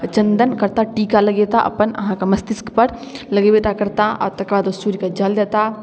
चन्दन करताह टीका लगेताह अपन अहाँके मस्तिष्कपर लगेबेटा करताह आओर तकर बाद ओ सूर्यके जल देताह